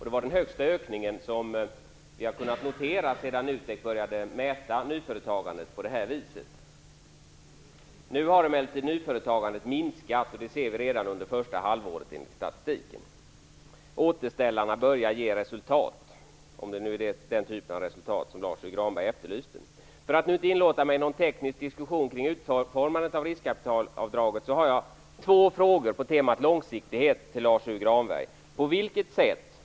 Det var den största ökningen som vi har kunnat notera sedan NUTEK började mäta nyföretagandet på det sättet. Nu har emellertid nyföretagandet minskat. Det ser vi redan under första halvåret, enligt statistiken. Återställarna börjar ge resultat - om det nu är den typen av resultat som Lars U Granberg efterlyste. För att inte inlåta mig i någon teknisk diskussion kring utformandet av riskkapitalavdraget har jag några frågor på temat långsiktighet till Lars U Granberg.